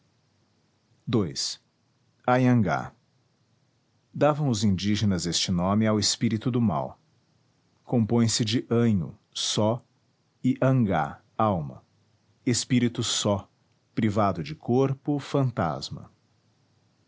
ii anhangá davam os indígenas este nome ao espírito do mal compõe-se de anho só e angá alma espírito só privado de corpo fantasma